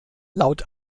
laut